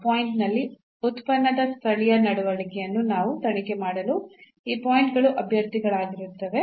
ಆ ಪಾಯಿಂಟ್ ನಲ್ಲಿ ಉತ್ಪನ್ನದ ಸ್ಥಳೀಯ ನಡವಳಿಕೆಯನ್ನು ನಾವು ತನಿಖೆ ಮಾಡಲು ಈ ಪಾಯಿಂಟ್ ಗಳು ಅಭ್ಯರ್ಥಿಗಳಾಗಿರುತ್ತವೆ